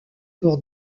pour